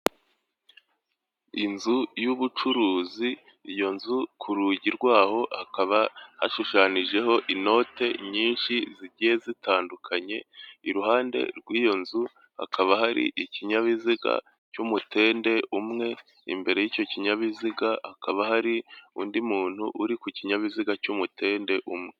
Inzu y'ubucuruzi iyo nzu ku rugi rw'aho hakaba hashushananijeho inote nyinshi zigiye zitandukanye iruhande rw'iyo nzu hakaba hari ikinyabiziga cy'umutende umwe, imbere y'icyo kinyabiziga hakaba hari undi muntu uri ku kinyabiziga cy'umutende umwe.